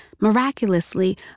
miraculously